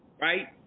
right